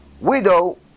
widow